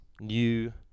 new